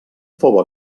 fou